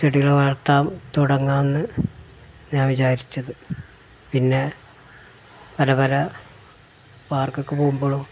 ചെടികൾ വളർത്താൻ തുടങ്ങുകയെന്നു ഞാൻ വിചാരിച്ചത് പിന്നെ പല പല പാർക്കിക്ക് പോകുമ്പോഴും